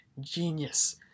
genius